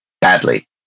badly